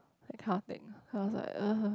that kind of thing I was like